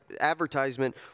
advertisement